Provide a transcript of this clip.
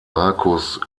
marcus